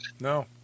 no